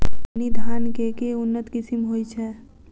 कतरनी धान केँ के उन्नत किसिम होइ छैय?